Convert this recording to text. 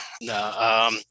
No